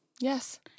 Yes